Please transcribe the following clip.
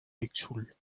tixul